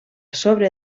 sobre